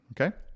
Okay